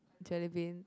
jelly bean